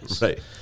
Right